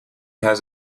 has